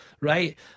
right